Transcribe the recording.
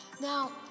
now